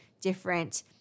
different